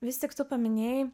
vis tik tu paminėjai